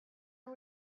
are